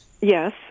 Yes